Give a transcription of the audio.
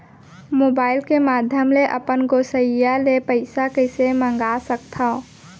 Mobile के माधयम ले अपन गोसैय्या ले पइसा कइसे मंगा सकथव?